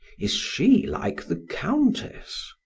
is she like the countess?